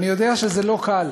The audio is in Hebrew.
ואני יודע שזה לא קל